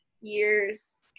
years